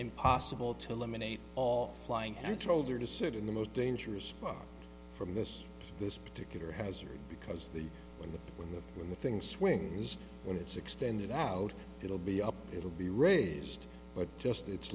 impossible to eliminate all flying and told you to sit in the most dangerous spot from this this particular hazard because the when the when the when the thing swing is when it's extended out it will be up it will be raised but just it